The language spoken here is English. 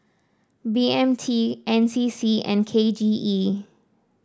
B M T N C C and K J E